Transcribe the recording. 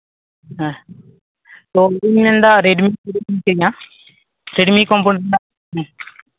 ᱦᱮᱸ ᱛᱳ ᱤᱧᱫᱩᱧ ᱢᱮᱱ ᱮᱫᱟ ᱨᱮᱰᱢᱤᱧ ᱠᱤᱨᱤᱧ ᱠᱮᱭᱟ ᱨᱮᱰᱢᱤ ᱠᱳᱢᱯᱟᱱᱤ ᱨᱮᱭᱟᱜ ᱦᱮᱸ